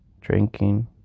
Drinking